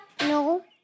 No